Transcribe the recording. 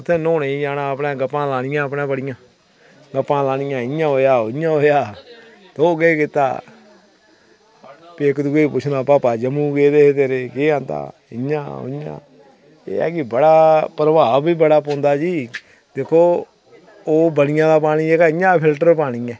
उत्थें न्हौने गी जाना ते अपने गप्पां मारनियां बड़ियां गप्पां लानियां इंया होआ उआं होआ तो केह् कीता ते भी इक्क दूए गी पुच्छना भापा जम्मू गेदे हे तेरे केह् आंदा इंया उंआं एह् ऐ की प्रभाव बी बड़ा पौंदा जी दिक्खो ओह् बनियां दा पानी इंया फिल्टर पानी ऐ